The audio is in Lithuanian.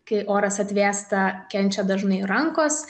kai oras atvėsta kenčia dažnai rankos